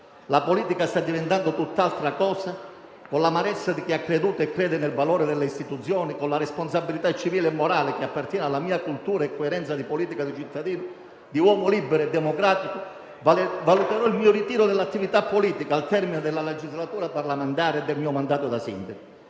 la politica sta diventando tutt'altra cosa, con l'amarezza di chi ha creduto e crede nel valore delle istituzioni, con la responsabilità civile e morale che appartiene alla mia cultura e coerenza politica di cittadino, di uomo libero e democratico, valuterò il mio ritiro dall'attività politica al termine della legislatura parlamentare e del mio mandato da sindaco.